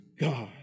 God